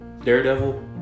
Daredevil